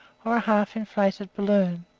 or a half-inflated balloon.